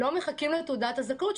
לא מחכים לתעודת הזכאות,